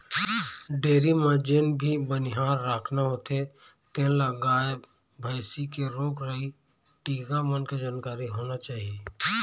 dairy म जेन भी बनिहार राखना होथे तेन ल गाय, भइसी के रोग राई, टीका मन के जानकारी होना चाही